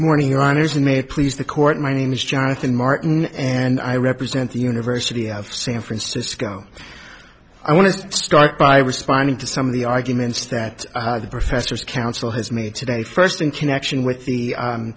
morning your honour's may please the court my name is jonathan martin and i represent the university of san francisco i want to start by responding to some of the arguments that the professors counsel has made today first in connection with the u